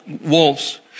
wolves